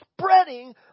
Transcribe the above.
spreading